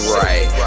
right